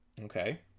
Okay